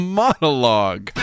monologue